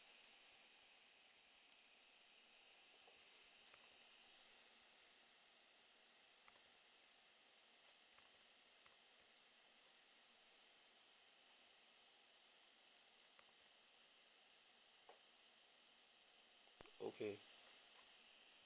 okay